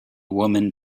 woman